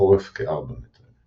ובחורף כ-4 מ'.